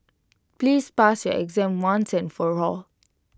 please pass your exam once and for all